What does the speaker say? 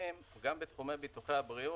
שמבוטחים גם בתחומי ביטוחי הבריאות,